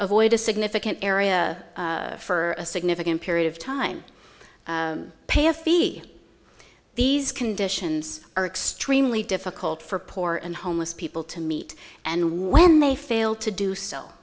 avoid a significant area for a significant period of time pay a fee these conditions are extremely difficult for poor and homeless people to meet and when they fail to do so